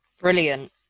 Brilliant